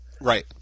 right